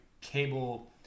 cable